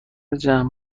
جمع